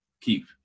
keep